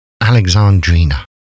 Alexandrina